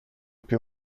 più